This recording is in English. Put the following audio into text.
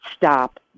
stop